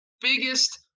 biggest